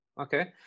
Okay